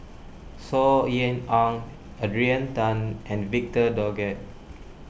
Saw Ean Ang Adrian Tan and Victor Doggett